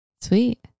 Sweet